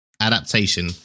adaptation